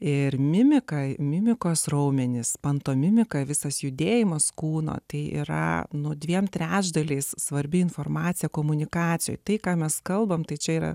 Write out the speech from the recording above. ir mimika mimikos raumenys pantomimika visas judėjimas kūno tai yra nuo dviem trečdaliais svarbi informacija komunikacijoje tai ką mes kalbame tai čia yra